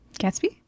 Gatsby